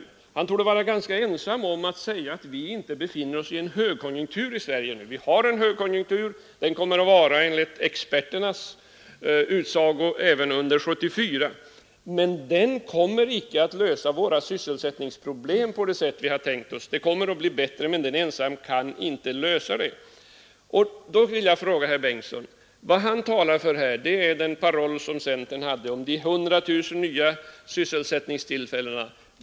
Herr Bengtson torde vara ganska ensam om att påstå att vi inte befinner oss i en högkonjunktur i Sverige i dag. Vi har en högkonjunktur. Den kommer enligt experternas utsago att vara även under 1974. Men den kommer inte att lösa våra sysselsättningsproblem — låt vara att det kommer att bli bättre. Herr Bengtson har här talat för centerns paroll om 100 000 nya sysselsättningstillfällen.